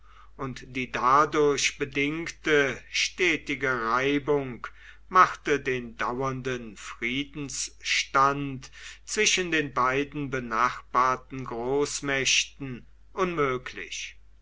und die dadurch bedingte stetige reibung machte den dauernden friedensstand zwischen den beiden benachbarten großmächten unmöglich